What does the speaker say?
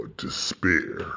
despair